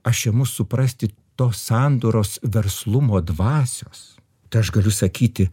aš imu suprasti tos sandoros verslumo dvasios tai aš galiu sakyti